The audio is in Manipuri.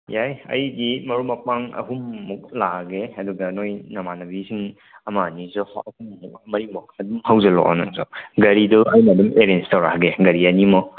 ꯌꯥꯏ ꯑꯩꯒꯤ ꯃꯔꯨꯞ ꯃꯄꯥꯡ ꯑꯍꯨꯝꯃꯨꯛ ꯂꯥꯛꯑꯒꯦ ꯑꯗꯨꯒ ꯅꯣꯏ ꯅꯥꯃꯥꯅꯕꯤꯁꯤꯡ ꯑꯃ ꯑꯅꯤꯁꯨ ꯑꯍꯨꯝ ꯃꯨꯛ ꯃꯔꯤ ꯃꯨꯛ ꯑꯗꯨꯝ ꯍꯧꯖꯤꯜꯂꯛꯑꯣ ꯅꯪꯁꯨ ꯒꯥꯔꯤꯗꯨ ꯑꯩꯅ ꯑꯗꯨꯝ ꯑꯦꯔꯦꯟ ꯇꯧꯔꯛꯑꯒꯦ ꯒꯥꯔꯤ ꯑꯅꯤꯃꯨꯛ